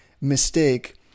mistake